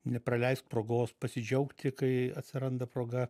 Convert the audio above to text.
nepraleisk progos pasidžiaugti kai atsiranda proga